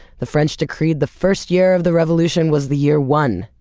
the french decreed the first year of the revolution was the year one,